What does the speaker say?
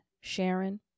Sharon